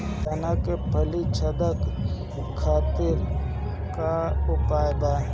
चना में फली छेदक खातिर का उपाय बा?